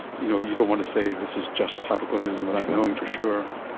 you know you don't want to say this is just hypogonadism without knowing for sure.